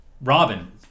Robin